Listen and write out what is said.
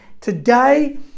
today